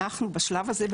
אנחנו בשלב הזה,